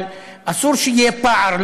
אבל אסור שיהיה פער,